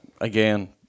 again